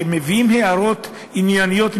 כשמביאים הערות ענייניות,